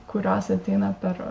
kurios ateina per